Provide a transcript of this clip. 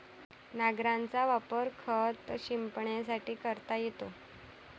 नांगराचा वापर खत शिंपडण्यासाठी करता येतो